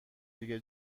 دیگه